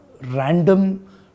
random